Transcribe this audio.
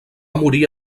morir